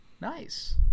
Nice